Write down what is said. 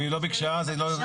אם היא לא ביקשה, אז היא לא באה.